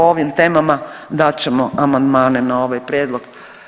U ovim temama dat ćemo amandmane na ovaj prijedlog.